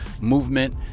movement